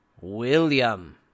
William